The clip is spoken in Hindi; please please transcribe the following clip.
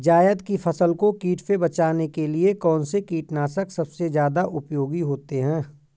जायद की फसल को कीट से बचाने के लिए कौन से कीटनाशक सबसे ज्यादा उपयोगी होती है?